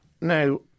Now